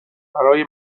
برای